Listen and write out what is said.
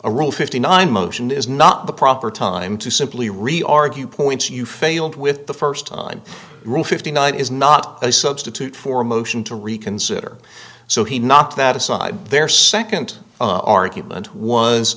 a rule fifty nine motion is not the proper time to simply really argue points you failed with the first time through fifty nine is not a substitute for a motion to reconsider so he not that aside their second argument was